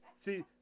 See